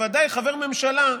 בוודאי חבר ממשלה,